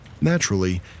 Naturally